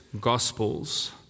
gospels